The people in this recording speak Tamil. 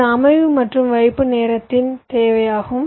இது அமைவு மற்றும் வைப்பு நேரத்தின் தேவை ஆகும்